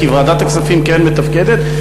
כי ועדת הכספים כן מתפקדת,